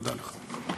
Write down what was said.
תודה לך.